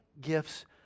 gifts